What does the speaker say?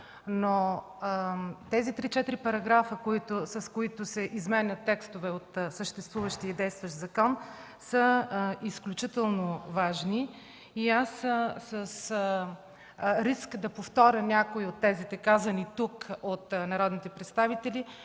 Но тези 3-4 параграфа, с които се изменят текстове от съществуващия закон, са изключително важни. С риск да повторя някои от тезите, казани тук от народните представители,